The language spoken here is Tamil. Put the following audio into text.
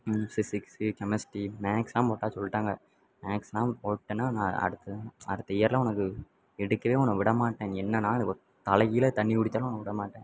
இன்னும் ஃபிசிக்ஸ்ஸு கெமிஸ்ட்ரி மேக்ஸெல்லாம் போட்டால் சொல்லிட்டாங்க மேக்ஸெல்லாம் போட்டேன்னால் நான் அடுத்தது அடுத்த இயரில் உனக்கு எடுக்கவே உன்னை விடமாட்டேன் என்னானாலும் ஒ தலைக்கீழே தண்ணி குடித்தாலும் உன்ன விடமாட்டேன்